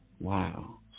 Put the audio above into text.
Wow